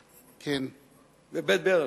ב"בית-ברל".